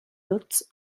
hotz